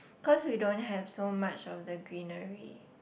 cause we don't have so much of the greenery